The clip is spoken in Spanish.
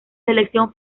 selección